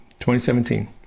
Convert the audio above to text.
2017